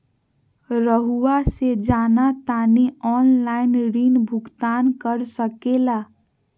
रहुआ से जाना तानी ऑनलाइन ऋण भुगतान कर सके ला?